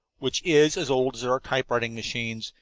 which is as old as are typewriting machines,